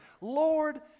Lord